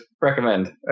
Recommend